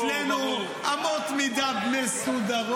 אצלנו אמות מידה מסודרות,